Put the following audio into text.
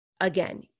again